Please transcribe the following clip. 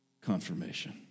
confirmation